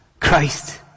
Christ